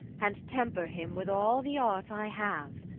and temper him with all the art i have,